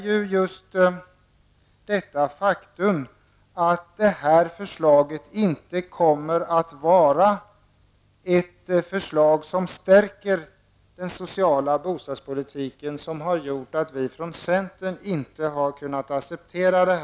Just det faktum att det här förslaget inte kommer att stärka den sociala bostadspolitiken, har gjort att vi i centern inte har kunnat acceptera det.